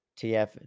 TF